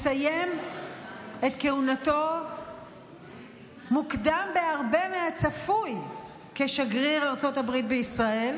מסיים את כהונתו מוקדם בהרבה מהצפוי כשגריר ארצות הברית בישראל,